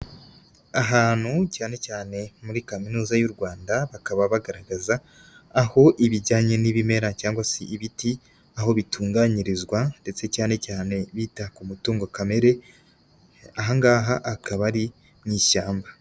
Ahantu cyane cyane muri kaminuza y'u Rwanda, bakaba bagaragaza aho ibijyanye n'ibimera cyangwa se ibiti aho bitunganyirizwa ndetse cyane cyane bita ku mutungo kamere, aha ngaha akaba ari mu ishyamba.